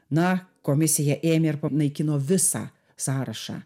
na komisija ėmė ir panaikino visą sąrašą